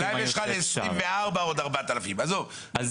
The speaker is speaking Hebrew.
השאלה אם יש לך ל-2024 עוד 4,000. עזוב,